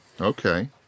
Okay